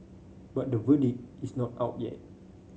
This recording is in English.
but the verdict is not out yet